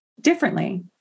differently